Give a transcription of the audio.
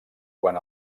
quan